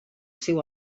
seu